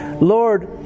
Lord